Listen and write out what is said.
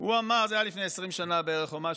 וזה היה לפני 20 שנה בערך או משהו,